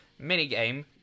minigame